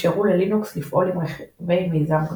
אפשרו ללינוקס לפעול עם רכיבי מיזם גנו.